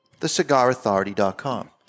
thecigarauthority.com